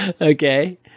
okay